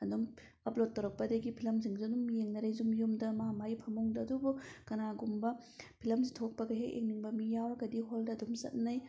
ꯑꯗꯨꯝ ꯑꯞꯂꯣꯗ ꯇꯧꯔꯛꯄꯗꯒꯤ ꯐꯤꯂꯝꯁꯤꯡꯁꯦ ꯑꯗꯨꯝ ꯌꯦꯡꯅꯔꯦ ꯌꯨꯝ ꯌꯨꯝꯗ ꯃꯥꯃꯥꯒꯤ ꯐꯃꯨꯡꯗ ꯑꯗꯨꯕꯨ ꯀꯥꯅꯥꯒꯨꯝꯕ ꯐꯤꯂꯝ ꯊꯣꯛꯂꯛꯄꯒ ꯍꯦꯛ ꯌꯦꯡꯅꯤꯡꯕ ꯃꯤ ꯌꯥꯎꯔꯒꯗꯤ ꯍꯣꯜ ꯗ ꯑꯗꯨꯝ ꯆꯠꯅꯩ